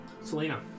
Selena